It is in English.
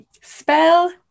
spell